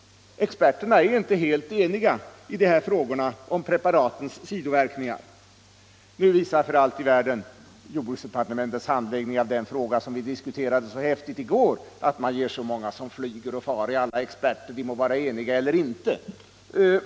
Experterna är inte helt eniga i frågor om preparatens sidoverkningar. Nu visar för allt i världen jordbruksdepartementets handläggning av den fråga vi diskuterade så häftigt i går, att man ger så många som flyger och far i alla experter, de må vara eniga eller inte.